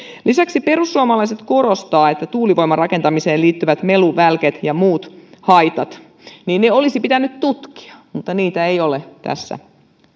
lisäksi perussuomalaiset korostavat että tuulivoiman rakentamiseen liittyvät melu välke ja muut haitat olisi pitänyt tutkia mutta niitä ei ole tässä